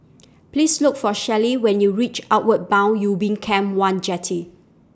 Please Look For Shelly when YOU REACH Outward Bound Ubin Camp one Jetty